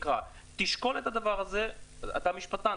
תשקול את הדבר הזה, אתה משפטן.